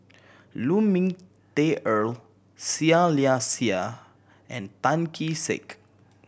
Lu Ming Teh Earl Seah Liang Seah and Tan Kee Sek